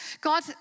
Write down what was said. God